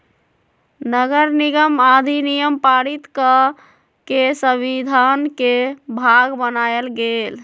नगरनिगम अधिनियम पारित कऽ के संविधान के भाग बनायल गेल